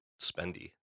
spendy